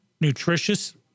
nutritious